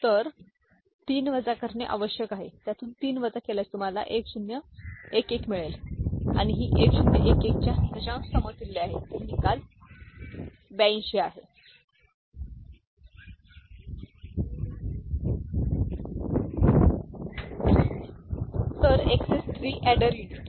तर 3 वजा करणे आवश्यक आहे त्यातून 3 वजा केल्यास तुम्हाला 1011 मिळेल आणि ही 1011 च्या दशांश समतुल्य आहे तर अंतिम निकाल 82 आहे तर एक्सएस 3 अॅडर युनिट